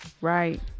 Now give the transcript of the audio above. Right